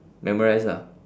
memorised lah